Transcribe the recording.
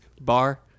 bar